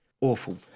awful